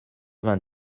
vingt